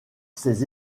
ses